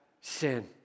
sin